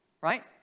Right